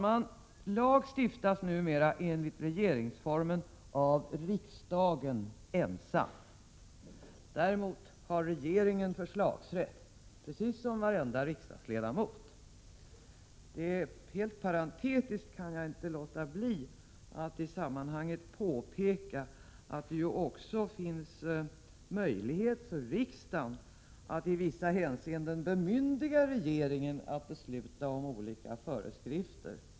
Lag stiftas numera enligt regeringsformen av riksdagen ensam. Däremot har regeringen — liksom varje riksdagsledamot — förslagsrätt. Jag kan inte låta bli att i sammanhanget helt parentetiskt påpeka att det också finns möjlighet för riksdagen att i vissa hänseenden bemyndiga regeringen att besluta om olika föreskrifter.